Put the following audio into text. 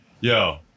yo